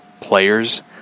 players